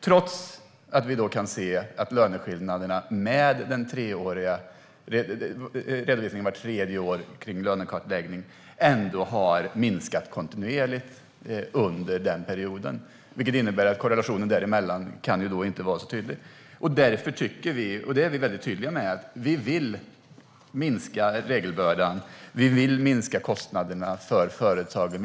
Vi kan trots allt se att löneskillnaderna, med en redovisning vart tredje år, har minskat kontinuerligt under den här perioden. Det innebär att korrelationen däremellan inte är så tydlig. Vi är tydliga med att vi vill minska regelbördan och kostnaderna för företagen.